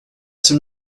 some